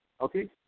okay